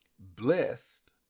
Blessed